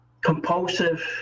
compulsive